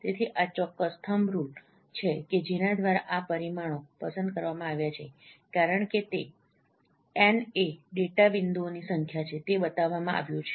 તેથી આ ચોક્કસ થમ્બ રૂલ્સ છે કે જેના દ્વારા આ પરિમાણો પસંદ કરવામાં આવ્યા છે કારણ કે N એ ડેટા બિંદુઓની સંખ્યા છે તે બતાવવામાં આવ્યું છે